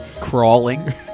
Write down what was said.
crawling